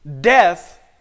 death